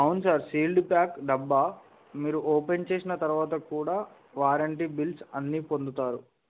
అవును sir sealed pack డబ్బా మీరు ఓపెన్ చేసిన తర్వాత కూడా వారంటీ బిల్స్ అన్నీ పొందుతారు